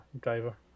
driver